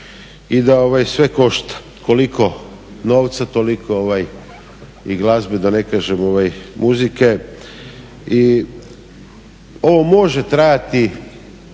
i da sve košta, koliko novca toliko i glazbe da ne kažem muzike. I ovo može trajati